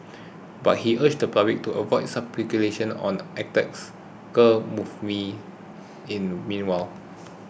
but he urged the public to avoid speculation on the attacker's motives in the meanwhile